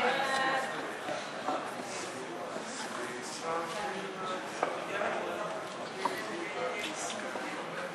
קבוצת סיעת הרשימה המשותפת לסעיף 5 לא נתקבלה.